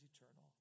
eternal